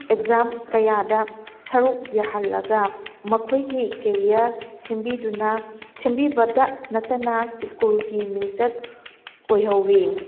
exam ꯀꯌꯥꯗ ꯁꯔꯨꯛ ꯌꯥꯍꯜꯂꯒ ꯃꯈꯣꯏꯒꯤ ꯀꯦꯔꯤꯌꯔ ꯁꯦꯝꯕꯤꯗꯨꯅ ꯁꯦꯝꯕꯤꯕꯇ ꯅꯠꯇꯅ ꯁ꯭ꯀꯨꯜꯒꯤ ꯃꯤꯡꯆꯠ ꯑꯣꯏꯍꯧꯋꯤ